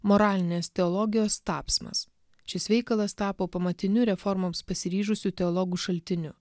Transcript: moralinės teologijos tapsmas šis veikalas tapo pamatiniu reformoms pasiryžusių teologų šaltiniu